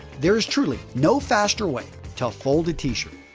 there is truly no faster way to fold a t-shirt.